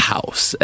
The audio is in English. House